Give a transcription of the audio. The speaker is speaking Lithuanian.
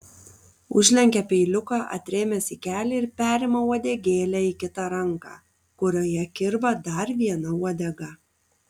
užlenkia peiliuką atrėmęs į kelį ir perima uodegėlę į kitą ranką kurioje kirba dar viena uodega